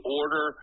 order